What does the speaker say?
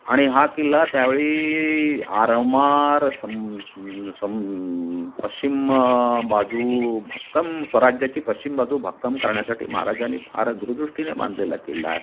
आणि हा किल्ला त्यावेळी आरमार सं सं पश्चिम बाजू भक्कम स्वराज्याची पश्चिम बाजू भक्कम करण्यासाठी महाराजांनी फार दूरदृष्टीने बांधलेला किल्ला आहे